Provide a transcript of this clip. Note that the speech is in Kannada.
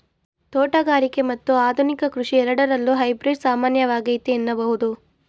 ತೋಟಗಾರಿಕೆ ಮತ್ತು ಆಧುನಿಕ ಕೃಷಿ ಎರಡರಲ್ಲೂ ಹೈಬ್ರಿಡ್ ಸಾಮಾನ್ಯವಾಗೈತೆ ಎನ್ನಬಹುದು